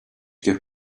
get